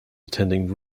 attending